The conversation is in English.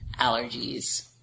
allergies